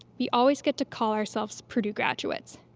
we always get to call ourselves purdue graduates.